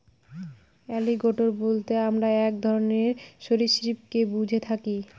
alligator বলতে আমরা এক ধরনের সরীসৃপকে বুঝে থাকি